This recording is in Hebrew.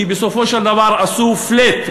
כי בסופו של דבר עשו flat,